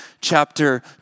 chapter